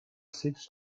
six